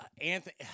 Anthony